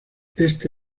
este